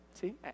See